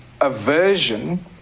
aversion